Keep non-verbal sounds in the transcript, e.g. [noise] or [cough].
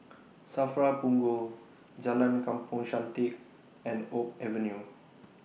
[noise] SAFRA Punggol Jalan Kampong Chantek and Oak Avenue